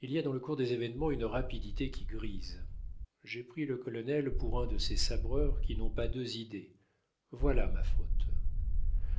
il y a dans le cours des événements une rapidité qui grise j'ai pris le colonel pour un de ces sabreurs qui n'ont pas deux idées voilà ma faute